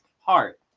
heart